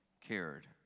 cared